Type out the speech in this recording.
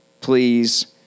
please